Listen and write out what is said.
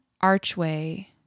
archway